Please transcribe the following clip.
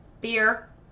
Beer